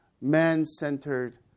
man-centered